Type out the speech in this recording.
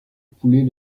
poulet